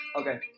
Okay